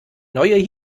neue